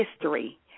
history